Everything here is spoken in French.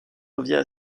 revient